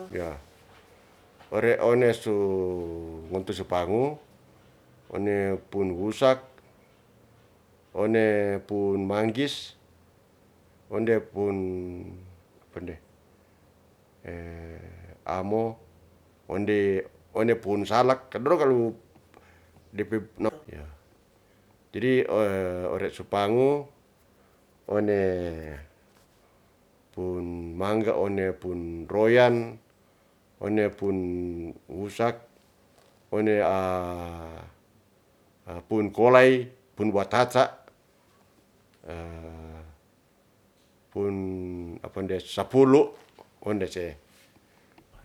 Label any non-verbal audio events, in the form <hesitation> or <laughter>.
Ya' ore one su ngonto su pangu one pun wusak, one pun manggis, onde pun <hesitation> amo, onde one pun salak. Dorang kalu <unintelligible> jadi <hesitation> ore su pangu one pun mangga, one pun royan, one pun wusak, one <hesitation> pun kolay, pun wawata <hesitation> pun apa ndes sapulu, onde se